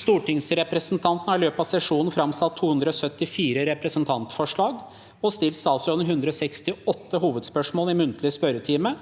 Stortingsrepresentantene har i løpet av sesjonen framsatt 274 representantforslag og stilt statsrådene 168 hovedspørsmål i muntlig spørretime